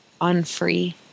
unfree